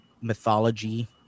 mythology